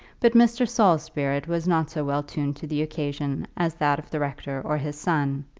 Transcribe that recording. but mr. saul's spirit was not so well tuned to the occasion as that of the rector or his son,